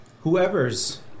Whoever's